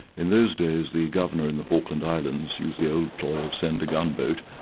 in those days the governor in the falkland islands used the old ploy of send a gunboat,